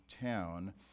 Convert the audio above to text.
town